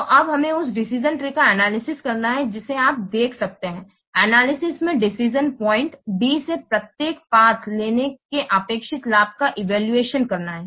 तो अब हमें उस डिसिशन ट्री का एनालिसिस करना है जिसे आप देख सकते हैं एनालिसिस में डिसिशन पॉइंट D से प्रत्येक पाथ लेने के अपेक्षित लाभ का इवैल्यूएशन करना है